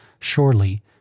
surely